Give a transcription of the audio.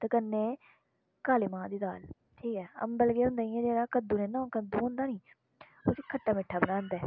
ते कन्नै काले मांह् दी दाल ठीक ऐ अम्बल केह् होंदा इयां जेह्ड़ा कद्दूं नि ना कद्दूं होंदा नी उसी खट्टा मिट्ठा बनांदे